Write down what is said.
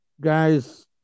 guys